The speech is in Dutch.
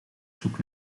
zoek